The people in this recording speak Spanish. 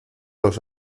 los